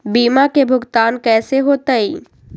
बीमा के भुगतान कैसे होतइ?